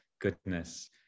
goodness